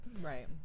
right